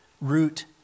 root